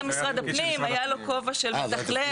גם משרד הפנים היה לו כובע של מתכלל